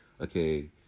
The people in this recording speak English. okay